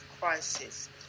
crisis